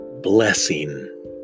blessing